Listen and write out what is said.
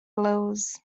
blows